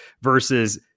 versus